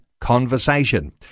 conversation